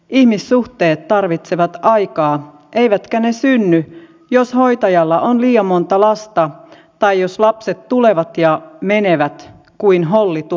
ihmissuhteet tarvitsevat aikaa eivätkä ne synny jos hoitajalla on liian monta lasta tai jos lapset tulevat ja menevät kuin hollituvassa